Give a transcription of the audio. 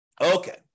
Okay